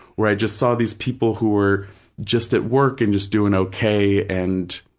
where i just saw these people who were just at work and just doing okay and,